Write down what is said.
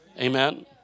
Amen